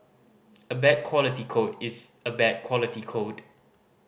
a bad quality code is a bad quality code